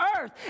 earth